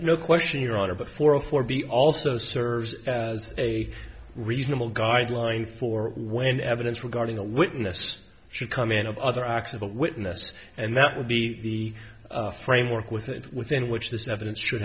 no question your honor but for a for b also serves as a reasonable guideline for when evidence regarding a witness should come in of other acts of a witness and that would be the framework with that within which this evidence should